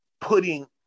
putting